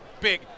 big